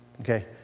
Okay